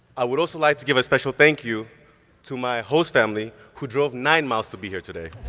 i would also like to give a special thank you to my host family who drove nine miles to be here today.